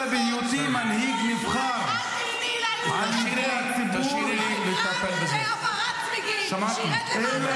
אלא בהיותי מנהיג נבחר --- חברת הכנסת גוטליב,